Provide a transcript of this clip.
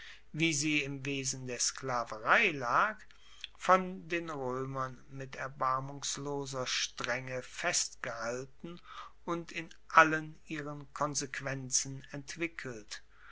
wie sie im wesen der sklaverei lag von den roemern mit erbarmungsloser strenge festgehalten und in allen ihren konsequenzen entwickelt